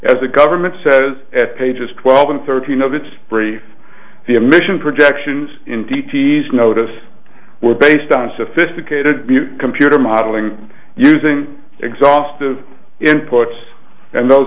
as the government says at pages twelve and thirteen of its brief the emission projections in d t s notice were based on sophisticated computer modeling using exhaustive inputs and those